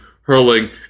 hurling